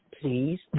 please